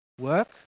work